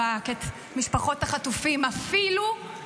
השתגעתם לגמרי, איבדתם את זה.